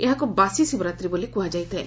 ଏହାକୁ ବାସୀ ଶିବରାତ୍ରି ବୋଲି କୁହାଯାଇଥାଏ